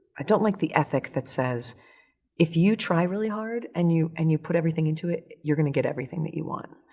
i don't like the ethic that says if you try really hard and you, and you put everything into it, you're gonna get everything that you want.